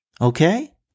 Okay